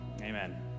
Amen